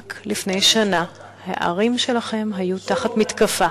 רק לפני שנה הערים שלכם היו תחת מתקפה,